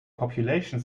population